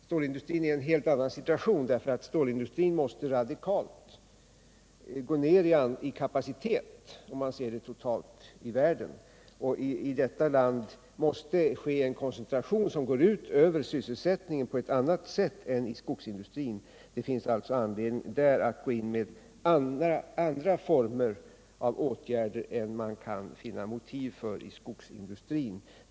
Stålindustrin är i en helt annan situation, eftersom den måste radikalt gå ner i kapacitet, om man ser den totalt i världen. I detta land måste ske en koncentration som går ut över sysselsättningen på ett annat sätt än inom skogsindustrin. Det finns alltså anledning att gå in med andra former av åtgärder inom stålindustrin än man kan finna motiv för inom skogsindustrin.